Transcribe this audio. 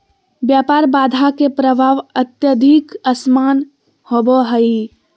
व्यापार बाधा के प्रभाव अत्यधिक असमान होबो हइ